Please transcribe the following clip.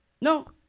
No